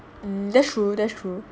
mm that's true that's true